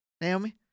Naomi